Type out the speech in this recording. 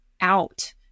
out